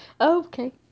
Okay